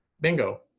bingo